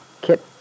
Kit